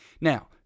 now